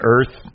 Earth